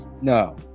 no